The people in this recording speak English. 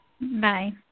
Bye